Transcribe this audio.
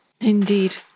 Indeed